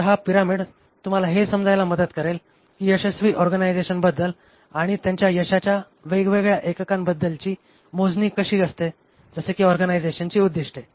तर हा पिरॅमिड तुम्हाला हे समजायला मदत करेल की यशस्वी ऑर्गनायझेशनबद्दल आणि त्यांच्या यशाच्या वेगवेगळ्या एककांबद्दलची मोजणी कशी असते जसे कि ऑर्गनायझेशनची उद्दिष्टे